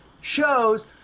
shows